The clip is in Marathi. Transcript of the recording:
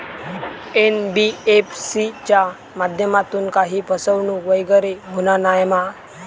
एन.बी.एफ.सी च्या माध्यमातून काही फसवणूक वगैरे होना नाय मा?